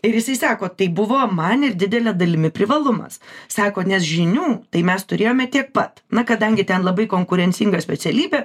ir jisai seko tai buvo man ir didele dalimi privalumas sako nes žinių tai mes turėjome tiek pat na kadangi ten labai konkurencinga specialybė